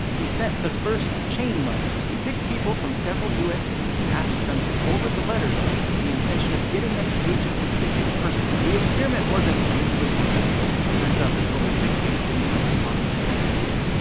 he sent the first chain letters. he picked people from several us cities and asked them to forward the letters on with the intention of getting them to reach a specific person. the experiment wasn't hugely successful. turns out people in the sixty s didn't like responding to spam, either,